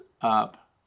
up